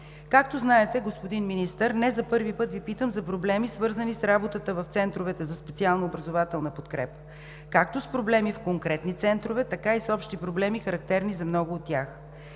Както знаете, господин Министър, не за първи път Ви питам за проблеми, свързани с работата в центровете за специална образователна подкрепа както с проблеми в конкретни центрове, така и с общи проблеми, характерни за много от тях.